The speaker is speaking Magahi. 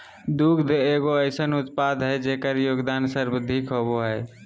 दुग्ध एगो अइसन उत्पाद हइ जेकर योगदान सर्वाधिक होबो हइ